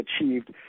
achieved